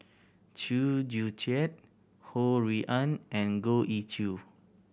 Chew Joo Chiat Ho Rui An and Goh Ee Choo